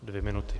Dvě minuty.